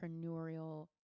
entrepreneurial